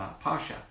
pasha